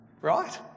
Right